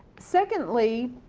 secondly,